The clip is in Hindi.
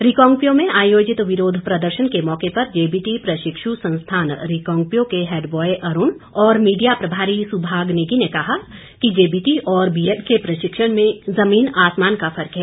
रिकांगपिओ में आयोजित विरोध प्रदर्शन के मौके पर जेबीटी प्रशिक्षु संस्थान रिकांगपिओ के हैड ब्वाय अरूण और मीडिया प्रभारी सुभाग नेगी ने कहा कि जेबीटी और बीएड के प्रशिक्षण में जमीन आसमान का फर्क है